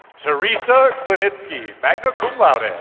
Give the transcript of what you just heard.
theresa klinitski, magna cum laude. and